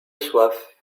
soif